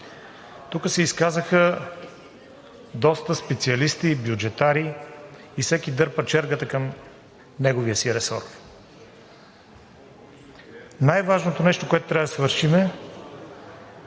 Тук се изказаха доста специалисти и бюджетари и всеки дърпа чергата към своя ресор. Най-важното нещо, което трябва да свършим